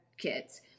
kids